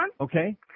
Okay